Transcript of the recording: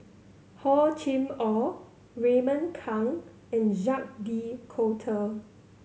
Hor Chim Or Raymond Kang and Jacques De Coutre